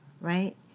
right